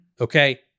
okay